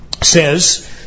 says